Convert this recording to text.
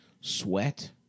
sweat